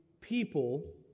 people